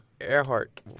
Earhart